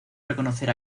reconocer